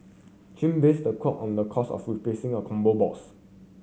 chin based the quote on the cost of replacing a combo box